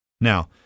Now